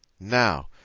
now,